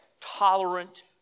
tolerant